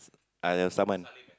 !aiyo! saman